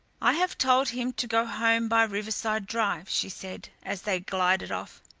i have told him to go home by riverside drive, she said, as they glided off.